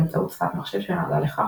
באמצעות שפת מחשב שנועדה לכך,